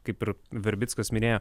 kaip ir verbickas minėjo